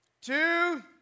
two